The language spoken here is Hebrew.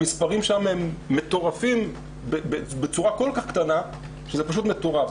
המספרים שם הם מטורפים בצורה כל כך קטנה שזה מטורף.